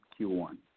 Q1